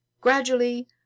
gradually